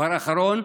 דבר אחרון,